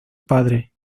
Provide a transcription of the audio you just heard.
padre